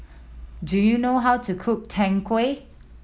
do you know how to cook Tang Yuen